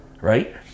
right